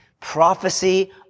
prophecy